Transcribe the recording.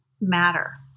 matter